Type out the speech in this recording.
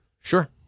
Sure